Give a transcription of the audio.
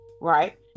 right